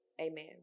amen